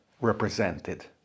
represented